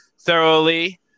thoroughly